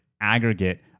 aggregate